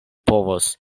povos